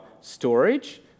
storage